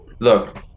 Look